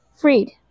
Freed